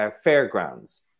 fairgrounds